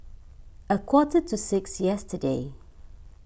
a quarter to six yesterday